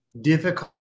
difficult